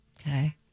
Okay